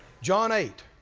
john eight,